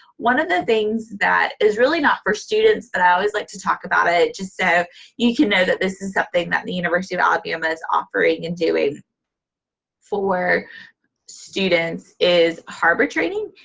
one of the things that is really not for students, but i always like to talk about it, just so you can know that this is something that the university of alabama is offering and doing for students is harbor training.